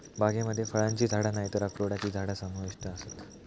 बागेमध्ये फळांची झाडा नायतर अक्रोडची झाडा समाविष्ट आसत